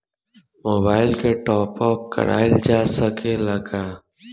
Mobile के टाप आप कराइल जा सकेला का?